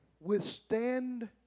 withstand